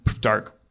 dark